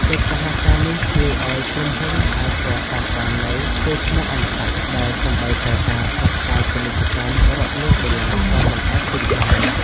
កិច្ចសហការនេះជួយឱ្យក្រុមហ៊ុនអាចកសាងបាននូវ "កេរ្តិ៍ឈ្មោះអមតៈ" ដែលសូម្បីតែការផ្សព្វផ្សាយពាណិជ្ជកម្មរាប់លានដុល្លារក៏មិនអាចទិញបាន។